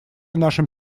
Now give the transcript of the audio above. нашим